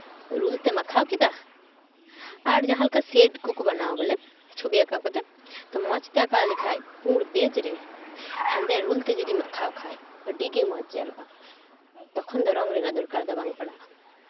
rule ᱛᱮᱢ ᱟᱸᱠᱟᱣ ᱠᱮᱫᱟ ᱟᱨ ᱡᱟᱦᱟᱸ ᱞᱮᱠᱟ ᱥᱮᱴ ᱠᱚᱠᱚ ᱵᱮᱱᱟᱣᱟ ᱵᱚᱞᱮ ᱪᱷᱚᱵᱤ ᱟᱸᱠᱟᱣ ᱠᱟᱛᱮ ᱛᱳ ᱢᱚᱡᱽ ᱛᱮ ᱟᱸᱠᱟᱣ ᱞᱮᱠᱷᱟᱡ ᱯᱩᱲ ᱯᱮᱡᱽ ᱨᱮ ᱦᱮᱸᱫᱮ ᱨᱩᱞ ᱛᱮ ᱡᱩᱫᱤᱢ ᱟᱸᱠᱟᱣ ᱠᱷᱟᱡ ᱟᱹᱰᱤᱜᱮ ᱢᱚᱡᱽ ᱧᱮᱞᱚᱜᱼᱟ ᱛᱚᱠᱷᱚᱱ ᱫᱚ ᱨᱚᱝ ᱨᱮᱱᱟᱜ ᱫᱚᱨᱠᱟᱨ ᱫᱚ ᱵᱟᱝ ᱯᱟᱲᱟᱜᱼᱟ